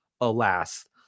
Alas